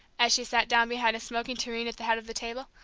as she sat down behind a smoking tureen at the head of the table.